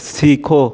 सीखो